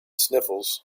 sniffles